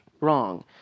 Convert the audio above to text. wrong